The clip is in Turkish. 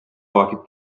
vakit